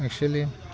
actually